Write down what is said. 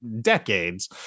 decades